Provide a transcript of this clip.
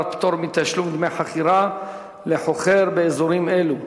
פטור מתשלום דמי חכירה לחוכר באזורים אלו,